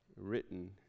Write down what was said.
written